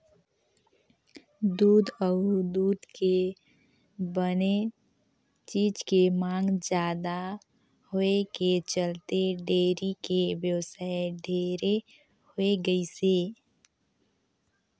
दूद अउ दूद के बने चीज के मांग जादा होए के चलते डेयरी के बेवसाय ढेरे होय गइसे